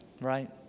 right